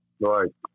Right